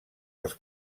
els